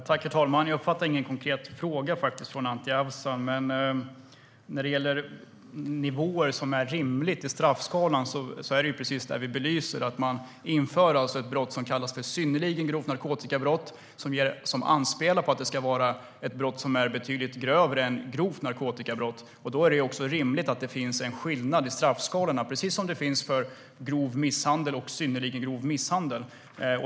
Herr talman! Jag uppfattade ingen konkret fråga från Anti Avsan. Men när det gäller rimliga nivåer i straffskalan är det precis detta vi belyser: Man inför ett brott som kallas för synnerligen grovt narkotikabrott, vilket anspelar på att det ska vara ett brott som är betydligt grövre än grovt narkotikabrott. Då är det också rimligt att det finns en skillnad i straffskalorna precis som det finns för grov misshandel och synnerligen grov misshandel.